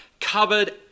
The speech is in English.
covered